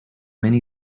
many